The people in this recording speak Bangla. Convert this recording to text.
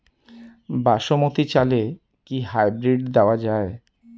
বাসমতী চালে কি হাইব্রিড দেওয়া য়ায়?